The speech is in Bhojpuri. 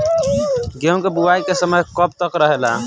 गेहूँ के बुवाई के समय कब तक रहेला?